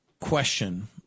question